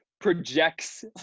projects